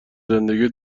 زندگی